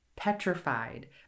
Petrified